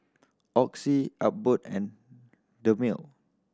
Oxy Abbott and Dermale